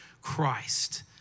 Christ